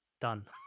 done